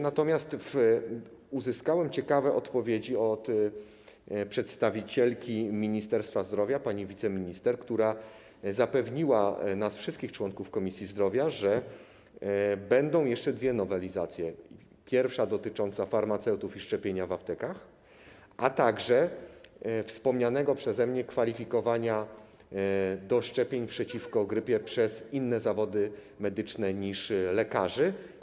Natomiast uzyskałem ciekawe odpowiedzi od przedstawicielki Ministerstwa Zdrowia, pani wiceminister, która zapewniła nas wszystkich, członków Komisji Zdrowia, że będą jeszcze dwie nowelizacje: pierwsza dotycząca farmaceutów i szczepienia w aptekach, a także nowelizacja dotycząca wspomnianego przeze mnie kwalifikowania do szczepień przeciwko grypie przez inne zawody medyczne niż lekarze.